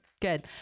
Good